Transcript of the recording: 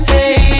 Hey